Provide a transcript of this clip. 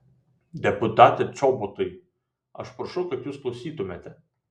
deputate čobotai aš prašau kad jūs klausytumėte